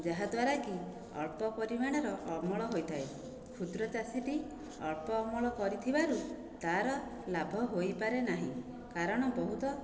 ଯାହାଦ୍ୱାରାକି ଅଳ୍ପ ପରିମାଣର ଅମଳ ହୋଇଥାଏ କ୍ଷୁଦ୍ର ଚାଷୀଟି ଅଳ୍ପ ଅମଳ କରିଥିବାରୁ ତାର ଲାଭ ହୋଇପାରେ ନାହିଁ କାରଣ ବହୁତ